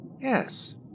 Yes